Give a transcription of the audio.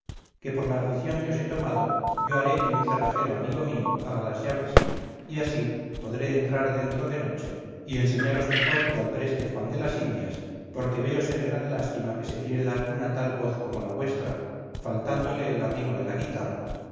que por la afición que os he tomado yo haré que un cerrajero amigo mío haga las llaves y así podré entrar dentro de noche y enseñaros mejor que al preste juan de las indias porque veo ser gran lástima que se pierda una tal voz como la vuestra faltándole el arrimo de la guitarra